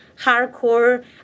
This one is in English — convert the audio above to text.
hardcore